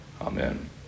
Amen